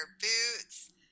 boots